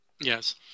Yes